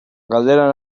galdera